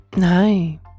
Hi